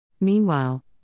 Meanwhile